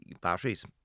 batteries